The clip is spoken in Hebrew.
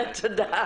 תודה.